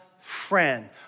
friend